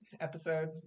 episode